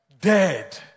dead